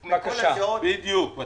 בדיוק.